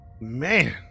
Man